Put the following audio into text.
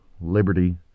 liberty